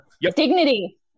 dignity